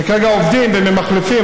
שכרגע עובדים וממחלפים,